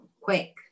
quick